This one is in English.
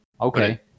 Okay